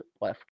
left